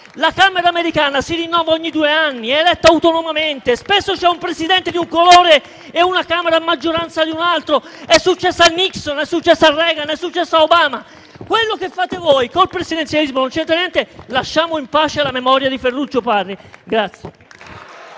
la Camera americana si rinnova ogni due anni, è eletta autonomamente, spesso c'è un Presidente di un colore e una Camera a maggioranza di un altro, è successo a Nixon, è successo Reagan, è successo a Obama. Quello che fate voi col presidenzialismo non c'entra niente, lasciamo in pace la memoria di Ferruccio Parri.